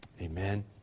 Amen